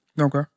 Okay